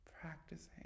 practicing